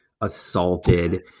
assaulted